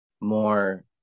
more